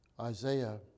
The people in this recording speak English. Isaiah